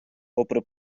попри